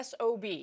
SOB